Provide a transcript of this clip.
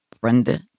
Brenda